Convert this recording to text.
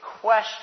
question